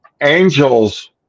Angels